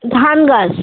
ধান গাছ